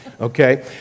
okay